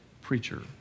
preacher